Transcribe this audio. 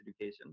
education